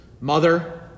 mother